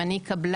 אם אני קבלן,